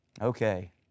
Okay